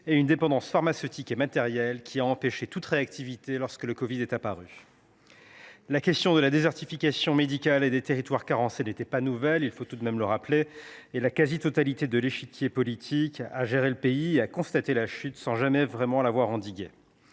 et une dépendance pharmaceutique et matérielle qui a empêché toute réactivité lorsque le covid 19 est apparu. La question de la désertification médicale et des territoires carencés n’était pas nouvelle, il faut tout de même le rappeler, et la quasi totalité de l’échiquier politique ayant géré le pays a été témoin de cette chute sans jamais pouvoir l’enrayer.